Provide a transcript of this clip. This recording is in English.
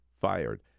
fired